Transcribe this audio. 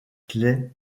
clay